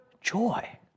joy